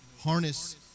harness